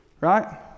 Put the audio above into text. right